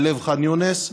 בלב ח'אן יונס,